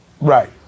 Right